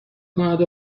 کند